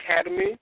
Academy